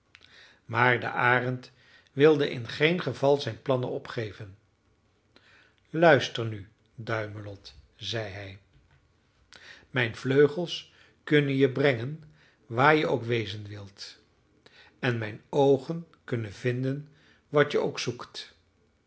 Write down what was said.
maar de arend wilde in geen geval zijn plannen opgeven luister nu duimelot zei hij mijn vleugels kunnen je brengen waar je ook wezen wilt en mijn oogen kunnen vinden wat je ook zoekt